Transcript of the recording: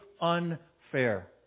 unfair